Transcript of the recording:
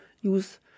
use